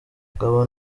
ngabo